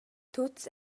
tuts